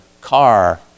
car